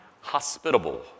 hospitable